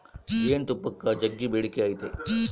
ಜೇನುತುಪ್ಪಕ್ಕ ಜಗ್ಗಿ ಬೇಡಿಕೆ ಐತೆ